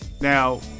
Now